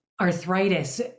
arthritis